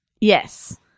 Yes